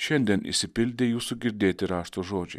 šiandien išsipildė jūsų girdėti rašto žodžiai